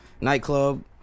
nightclub